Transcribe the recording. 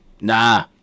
nah